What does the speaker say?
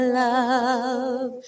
love